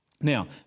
Now